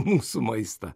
mūsų maistą